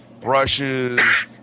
brushes